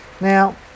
now